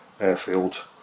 Airfield